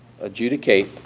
adjudicate